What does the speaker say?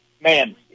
man